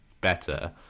better